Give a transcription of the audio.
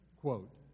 quote